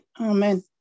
Amen